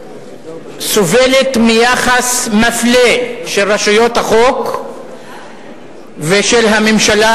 סובלת מיחס מפלה של רשויות החוק ושל הממשלה,